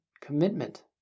commitment